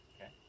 Okay